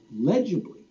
legibly